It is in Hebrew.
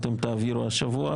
אדוני היושב ראש,